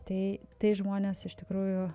tai tai žmones iš tikrųjų